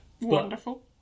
Wonderful